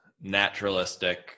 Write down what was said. naturalistic